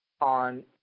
on